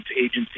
agency